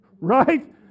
Right